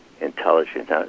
intelligence